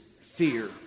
fear